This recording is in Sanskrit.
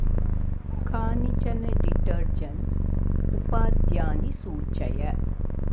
कानिचन डिटर्जण्ट्स् उत्पाद्यानि सूचय